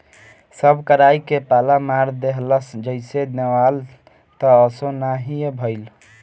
सब कराई के पाला मार देहलस जईसे नेवान त असो ना हीए भईल